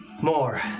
more